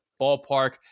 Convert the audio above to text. ballpark